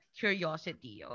curiosity